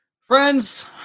friends